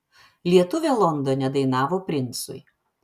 lietuvė londone dainavo princui